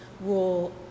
rule